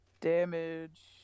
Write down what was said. Damage